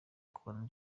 kubona